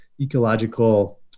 ecological